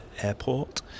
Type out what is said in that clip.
Airport